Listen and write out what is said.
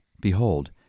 behold